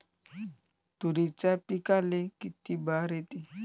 तुरीच्या पिकाले किती बार येते?